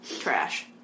Trash